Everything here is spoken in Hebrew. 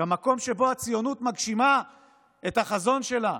כמקום שבו הציונות מגשימה את החזון שלה